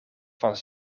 van